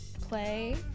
play